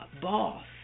boss